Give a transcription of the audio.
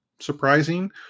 surprising